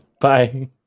Bye